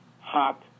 hot